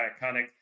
iconic